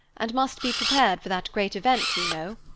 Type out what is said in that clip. and must be prepared for that great event, you know,